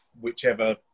whichever